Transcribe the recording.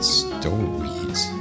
stories